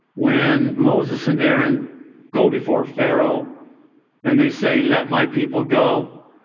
when moses and aaron go before pharaoh and they say, let my people go.